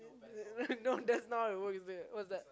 no that's not how it works